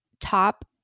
top